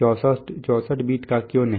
64 beat का क्यों नहीं